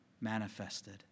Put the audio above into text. manifested